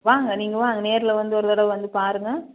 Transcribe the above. வாங்க நீங்கள் வாங்க நேரில் வந்து ஒருதடவை வந்து பாருங்கள்